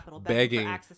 begging